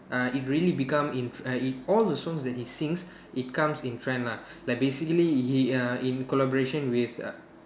uh it really become in tre~ in all the songs that he sings it comes in trend lah like basically he uh in collaboration with uh